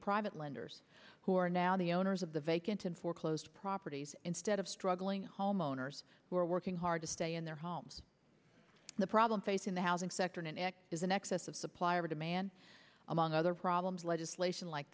private lenders who are now the owners of the vacant and foreclosed properties instead of struggling homeowners who are working hard to stay in their the problem facing the housing sector next is an excess of supply or demand among other problems legislation like